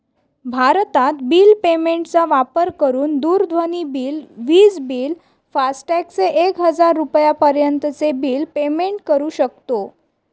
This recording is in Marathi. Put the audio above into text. भारतत बिल पेमेंट चा वापर करून दूरध्वनी बिल, विज बिल, फास्टॅग चे एक हजार रुपयापर्यंत चे बिल पेमेंट करू शकतो